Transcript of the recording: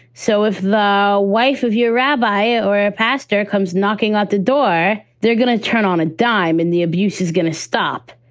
so if the wife of your rabbi or ah pastor comes knocking at the door, they're going to turn on a dime. and the abuse is going to stop,